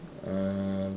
uh